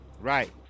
Right